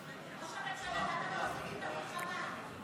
אולי תשאל אותו למה הוא קרא לך